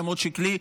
למרות שכלי,